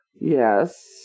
yes